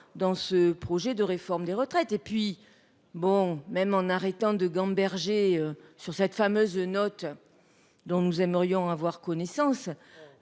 dans ce projet de réforme des retraites et puis bon même en arrêtant de gamberger sur cette fameuse note. Dont nous aimerions en avoir connaissance.